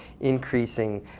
increasing